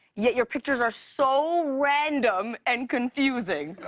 yet your pictures are so random and confusing.